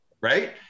right